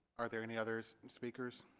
are there any others speakers?